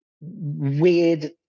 weird